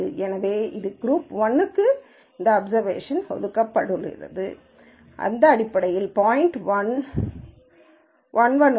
எனவே இது குரூப் 1 க்கு இந்த அப்சர்வேஷன் ஒதுக்கப்பட்டுள்ளது இது அடிப்படையில் பாய்ன்ட் 1 1